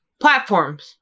platforms